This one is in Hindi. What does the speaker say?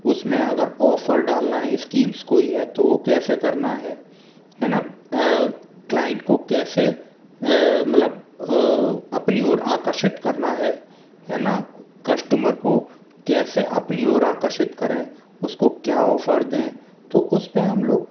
उसमें अगर ऑफ़र डालना है स्कीम्स कोई है तो वो कैसे करना है हैं ना क्लाइंट को कैसे मतलब अपनी ओर आकर्षित करना है है ना कस्टमर को कैसे अपनी ओर आकर्षित करें उसको क्या ऑफ़र दें तो उस पे हम लोग